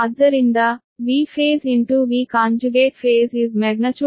ಆದ್ದರಿಂದ Vphase into Vphase is Vphasemagnitude2ZL